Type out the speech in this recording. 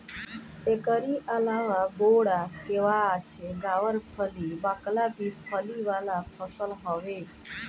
एकरी अलावा बोड़ा, केवाछ, गावरफली, बकला भी फली वाला फसल हवे